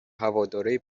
هوادارای